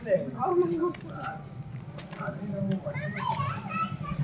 IMF ನವ್ರು corona ಸಮಯ ದಾಗ ಭಾಳ ಸಹಾಯ ಮಾಡ್ಯಾರ